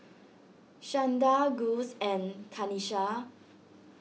Shanda Gus and Kanisha